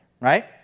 right